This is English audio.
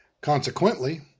Consequently